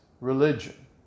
religion